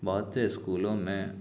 بہت سے اسکولوں میں